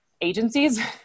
agencies